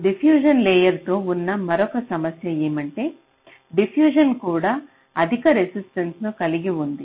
diffusion layer తో ఉన్న మరొక సమస్య ఏమంటే డిఫ్యూషన్ కూడా అధిక రెసిస్టెన్స ను కలిగి ఉంది